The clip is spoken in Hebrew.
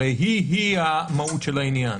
הרי היא היא המהות של העניין